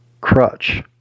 crutch